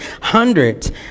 hundreds